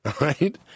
right